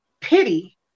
pity